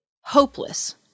hopeless